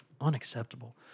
unacceptable